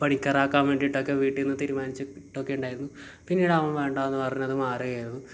പണിക്കർ ആക്കാൻ വേണ്ടിയിട്ടൊക്കെ വീട്ടിൽ നിന്ന് തീരുമാനിച്ച് വിട്ടിട്ടൊക്കെ ഉണ്ടായിരുന്നു പിന്നീട് അവൻ വേണ്ട എന്ന് പറഞ്ഞ് അത് മാറുകയായിരുന്നു